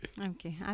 Okay